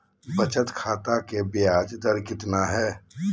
बचत खाता के बियाज दर कितना है?